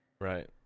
Right